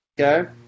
Okay